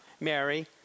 Mary